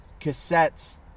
cassettes